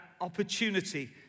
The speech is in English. opportunity